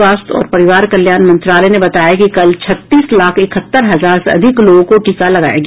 स्वास्थ्य और परिवार कल्याण मंत्रालय ने बताया कि कल छत्तीस लाख इकहत्तर हजार से अधिक लोगों को टीका लगाया गया